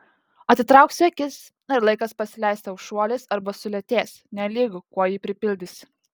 atitrauksi akis ir laikas pasileis tau šuoliais arba sulėtės nelygu kuo jį pripildysi